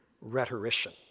rhetorician